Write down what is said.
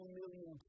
million